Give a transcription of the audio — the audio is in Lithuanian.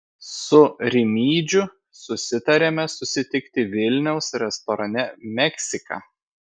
su rimydžiu susitariame susitikti vilniaus restorane meksika